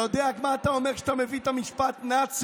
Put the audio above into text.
אתה יודע מה אתה אומר כשאתה מביא את המילה נאצים?